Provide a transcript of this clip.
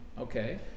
Okay